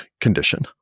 condition